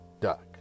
duck